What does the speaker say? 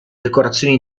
decorazioni